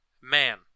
Man